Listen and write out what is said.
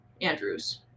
andrews